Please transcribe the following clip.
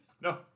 No